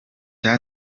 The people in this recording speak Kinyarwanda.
com